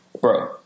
bro